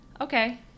Okay